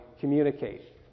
communicate